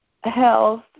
Health